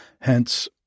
Hence